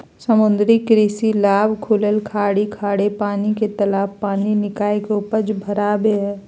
समुद्री कृषि लाभ खुलल खाड़ी खारे पानी के तालाब पानी निकाय के उपज बराबे हइ